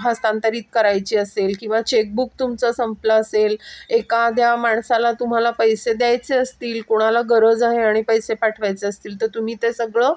हस्तांतरित करायची असेल किंवा चेकबुक तुमचं संपलं असेल एकाद्या माणसाला तुम्हाला पैसे द्यायचे असतील कोणाला गरज आहे आणि पैसे पाठवायचे असतील तर तुम्ही ते सगळं